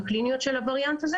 לענות.